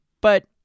But-